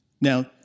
Now